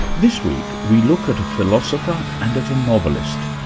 this week, we look at a philosopher and at a novelist,